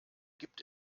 gibt